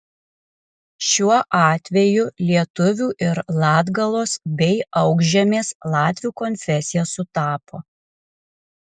šiuo atveju lietuvių ir latgalos bei aukšžemės latvių konfesija sutapo